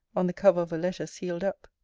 on the cover of a letter sealed up.